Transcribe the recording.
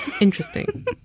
Interesting